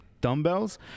dumbbells